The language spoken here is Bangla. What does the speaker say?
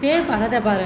তে পাঠাতে পারেন